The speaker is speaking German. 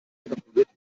evakuiert